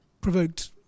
provoked